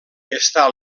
està